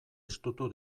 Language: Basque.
estutu